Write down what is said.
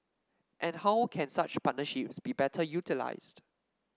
and how can such partnerships be better utilised